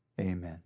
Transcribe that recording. Amen